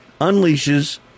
unleashes